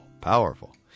powerful